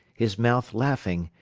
his mouth laughing,